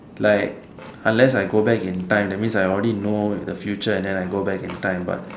like unless I go back in time that means I already know the future and then I go back in time